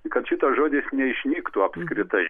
kad šitas žodis neišnyktų apskritai